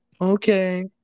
okay